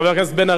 חבר הכנסת בן-ארי.